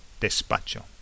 despacho